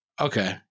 Okay